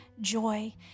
joy